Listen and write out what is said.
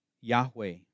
Yahweh